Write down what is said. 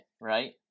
right